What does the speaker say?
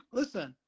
listen